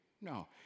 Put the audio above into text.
No